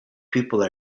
people